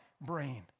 brain